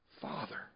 father